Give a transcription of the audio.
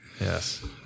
yes